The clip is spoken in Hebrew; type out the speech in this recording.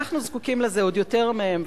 אנחנו זקוקים לזה עוד יותר מהם.